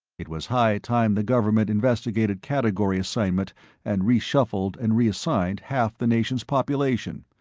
it was high time the government investigated category assignment and reshuffled and reassigned half the nation's population.